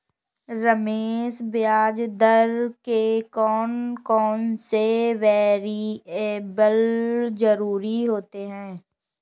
रमेश ब्याज दर में कौन कौन से वेरिएबल जरूरी होते हैं?